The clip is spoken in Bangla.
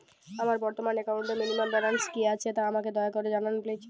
আমার বর্তমান একাউন্টে মিনিমাম ব্যালেন্স কী আছে তা আমাকে দয়া করে জানান প্লিজ